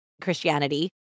Christianity